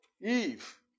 Eve